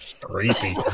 Creepy